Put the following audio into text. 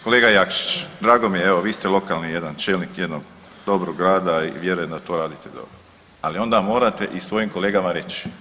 Kolega Jakšić, drago mi je, evo vi ste lokalni jedan čelnik jednog dobrog grada i vjerujem da to radite dobro, ali onda morate i svojim kolega reći.